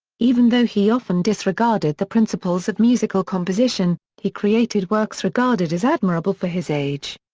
even though he often disregarded the principles of musical composition, he created works regarded as admirable for his age.